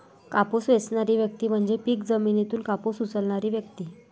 कापूस वेचणारी व्यक्ती म्हणजे पीक जमिनीतून कापूस उचलणारी व्यक्ती